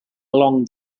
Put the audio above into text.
along